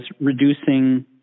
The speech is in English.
reducing